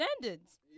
standards